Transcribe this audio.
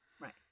right